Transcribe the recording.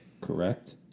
correct